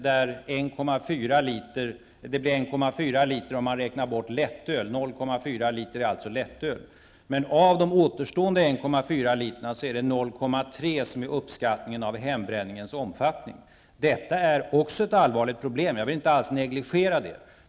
Det blir 1,4 liter om man räknar bort lättöl. Av återstående 1,4 liter är 0,3 Detta är visserligen ett allvarligt problem. Jag vill inte alls negligera detta.